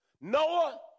Noah